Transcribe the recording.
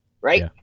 right